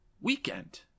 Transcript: weekend